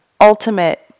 ultimate